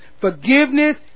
Forgiveness